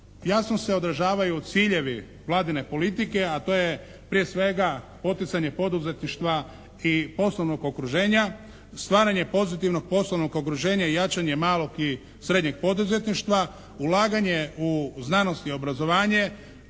jasno se odažavaju ciljevi vladine politike, a to je prije svega poticanje poduzetništva i poslovnog okruženja, stvaranje pozitivnog poslovnog okruženja i jačanje malog i srednjeg poduzetništva, ulaganje u znanost i obrazovanje.